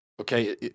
okay